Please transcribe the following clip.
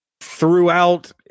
Throughout